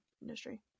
industry